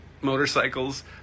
motorcycles